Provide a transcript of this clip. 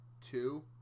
two